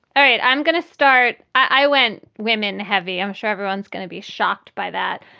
all right. i'm going to start i went women heavy. i'm sure everyone's going to be shocked by that.